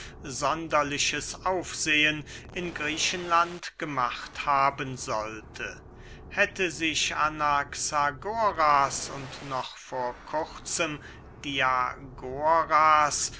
sonderliches aufsehen in griechenland gemacht haben sollte hätte sich anaxagoras und noch vor kurzem diagoras